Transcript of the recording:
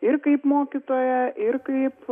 ir kaip mokytoja ir kaip